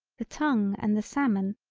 the tongue and the salmon,